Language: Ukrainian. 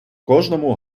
кожному